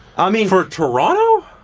i mean for toronto?